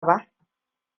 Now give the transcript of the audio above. ba